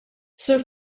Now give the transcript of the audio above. sur